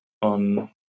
on